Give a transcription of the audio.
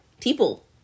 People